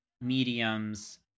mediums